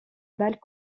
balles